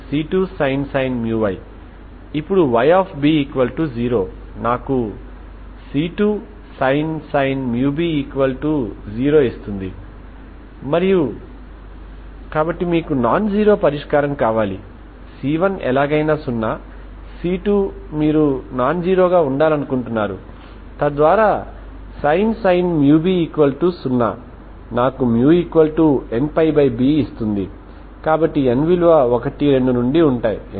ఇప్పుడు Yb0 నాకు c2sin μb 0 ఇస్తుంది మరియు కాబట్టి మీకు నాన్ జీరో పరిష్కారం కావాలి c1 ఎలాగైనా సున్నా c2 మీరు నాన్ జీరో గా ఉండాలనుకుంటున్నారు తద్వారా sin μb 0 నాకుμnπb ఇస్తుంది కాబట్టి n విలువ 1 2 నుండి ఉంటాయి